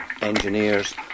engineers